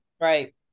right